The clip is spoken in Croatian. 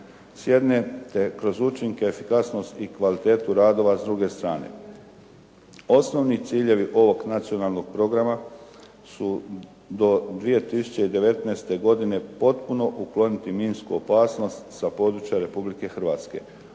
s jedne, te kroz učinke efikasnost i kvalitetu radova s druge strane. Osnovni ciljevi ovog nacionalnog programa su do 2019. godine potpuno ukloniti minsku opasnost sa područja Republike Hrvatske.